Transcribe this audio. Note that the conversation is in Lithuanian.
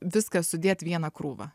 viską sudėt vieną krūvą